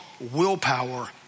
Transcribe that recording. willpower